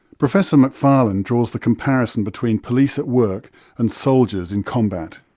professor mcfarlane draws the comparison between police at work and soldiers in combat.